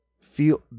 feel